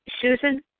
Susan